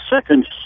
second